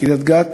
בקריית-גת